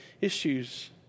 issues